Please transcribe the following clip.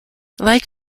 like